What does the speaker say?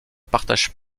partagent